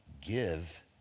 give